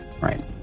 Right